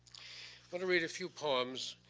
but to read a few poems,